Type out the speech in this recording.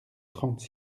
trente